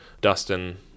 Dustin